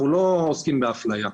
אנחנו לא עוסקים באפליה.